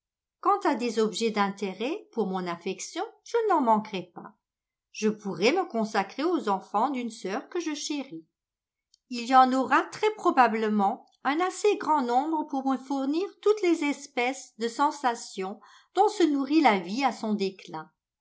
quant à des objets d'intérêt pour mon affection je n'en manquerai pas je pourrai me consacrer aux enfants d'une sœur que je chéris il y en aura très probablement un assez grand nombre pour me fournir toutes les espèces de sensations dont se nourrit la vie à son déclin